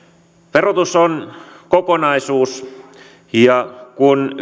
verotus on kokonaisuus kun